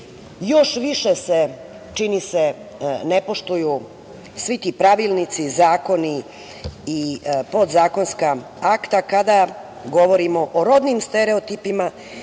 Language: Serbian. više se, čini se, ne poštuju svi ti pravilnici, zakoni i podzakonska akta kada govorimo o rodnim stereotipima